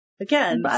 again